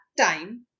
time